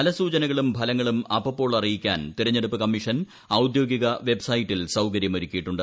ഫലസൂചനകളും ഫലങ്ങളും അപ്പപ്പോൾ അറിയിക്കാൻ തിരഞ്ഞെടുപ്പ് കമ്മീഷൻ ഔദ്യോഗിക വെബ്സൈറ്റിൽ സൌകരൃം ഒരുക്കിയിട്ടുണ്ട്